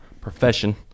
profession